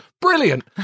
brilliant